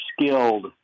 skilled